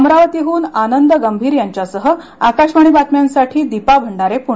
अमरावतीहन आनंद गंभीर यांच्यासह आकाशवाणी बातम्यांसाठी दीपा भंडारे पुणे